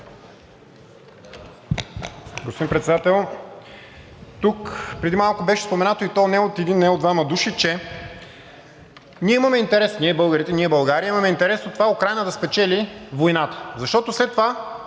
Господин Председател, тук преди малко беше споменато, и то не от един и не от двама души, че ние имаме интерес – ние, България, имаме интерес от това Украйна да спечели войната, защото след това